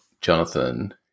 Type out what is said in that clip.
Jonathan